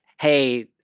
hey